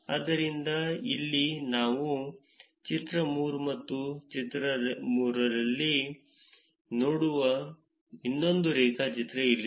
ಆದ್ದರಿಂದ ಇಲ್ಲಿ ನಾವು ಚಿತ್ರ 3 ಮತ್ತು ಚಿತ್ರ 3 ರಲ್ಲಿ ನೋಡುವ ಇನ್ನೊಂದು ರೇಖಾಚಿತ್ರ ಇಲ್ಲಿದೆ